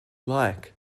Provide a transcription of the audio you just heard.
like